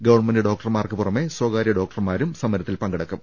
government ഡോക്ടർമാർക്ക് പുറമെ സ്വകാര്യ ഡോക്ടർമാരും സമര ത്തിൽ പങ്കെടുക്കും